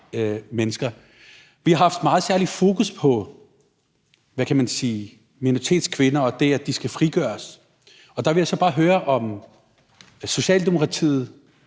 mennesker. Vi har haft særlig fokus på minoritetskvinder og det, at de skal frigøres, og der vil jeg så bare høre, om Socialdemokratiet